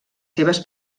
seves